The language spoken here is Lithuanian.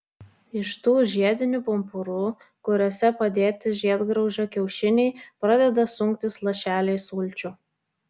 iš tų žiedinių pumpurų kuriuose padėti žiedgraužio kiaušiniai pradeda sunktis lašeliai sulčių